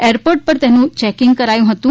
airport પર તેમનું checking કરાયું હતું